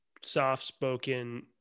soft-spoken